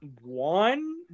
one